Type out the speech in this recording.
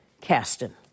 Caston